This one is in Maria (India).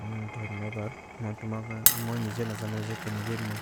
ध्वनि नबर्, मोइ तुमग मोइ निजेन जनोजे केनेगेर् मोइ।